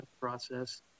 process